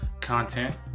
content